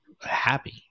happy